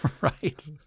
Right